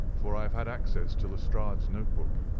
for i have had access to lestrade's note-book,